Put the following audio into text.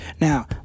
Now